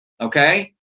okay